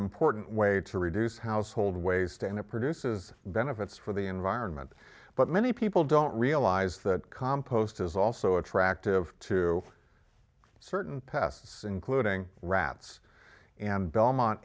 important way to reduce household waste and it produces benefits for the environment but many people don't realize that compost is also attractive to certain pests including rats and belmont